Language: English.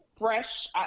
fresh